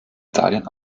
italien